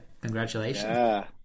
Congratulations